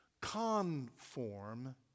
conform